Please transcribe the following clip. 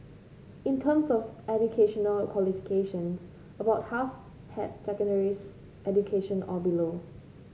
in terms of educational qualifications about half had secondary education or below